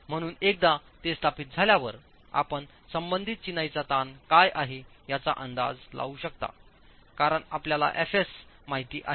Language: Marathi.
म्हणून एकदा ते स्थापित झाल्यावर आपण संबंधित चिनाईचा ताण काय आहे याचा अंदाज लावू शकता कारण आपल्याला एफएस माहिती आहे